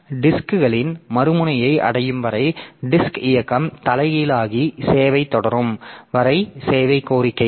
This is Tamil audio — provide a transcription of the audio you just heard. எனவே டிஸ்க்களின் மறுமுனையை அடையும் வரை டிஸ்க் இயக்கம் தலைகீழாகி சேவை தொடரும் வரை சேவை கோரிக்கைகள்